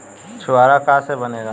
छुआरा का से बनेगा?